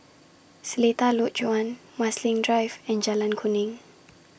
Seletar Lodge one Marsiling Drive and Jalan Kuning